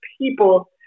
people